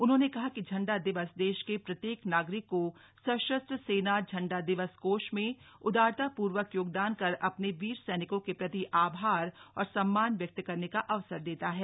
उन्होंने कहा कि झण्डा दिवस देश के प्रत्येक नागरिक को सशस्त्र सेना झंडा दिवस कोष में उदारता पूर्वक योगदान कर अपने वीर सैनिकों के प्रति आभार और सम्मान व्यक्त करने का अवसर देता है